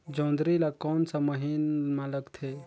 जोंदरी ला कोन सा महीन मां लगथे?